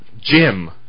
Jim